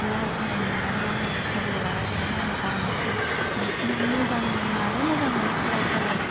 लाजिनाय मोननानै आङो जुथाखौ रागा जोंनानै आङो गानासै बिदिनो मोजाङालाय मोजांमोन कालार सालार